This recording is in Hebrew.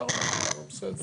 שלושה חודשים, בסדר.